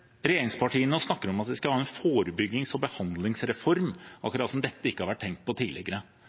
regjeringspartiene og snakker om at vi skal ha en forebyggings- og behandlingsreform, akkurat som om dette ikke har vært tenkt på tidligere.